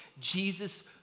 Jesus